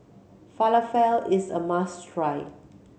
falafel is a must try